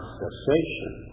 cessation